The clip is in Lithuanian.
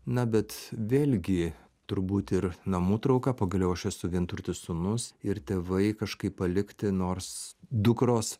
na bet vėlgi turbūt ir namų trauka pagaliau aš esu vienturtis sūnus ir tėvai kažkaip palikti nors dukros